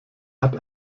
hat